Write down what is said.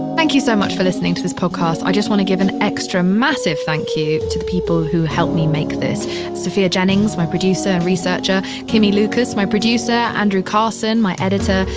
thank you so much for listening to this podcast. i just want to give an extra massive thank you to people who helped me make this sophia jennings, my producer and researcher, kimmie lucas, my producer, andrew carson, my editor,